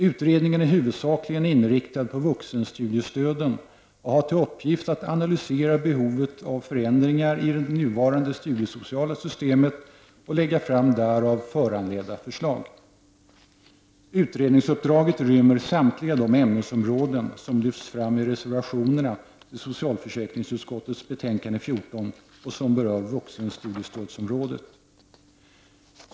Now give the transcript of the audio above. Utredningen är huvudsakligen inriktad på vuxenstudiestöden och har till uppgift att analysera behovet av förändringar i det nuvarande studiesociala systemet och lägga fram därav föranledda förslag. Utredningsuppdraget rymmer samtliga de ämnesområden som lyfts fram i reservationerna som är fogade till socialförsäkringsutskottets betänkande nr 14 och som berör vuxenstudiestödsområdet.